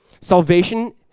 Salvation